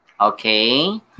Okay